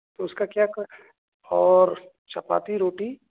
تو اُس کا کیا کیا اور چپاتی روٹی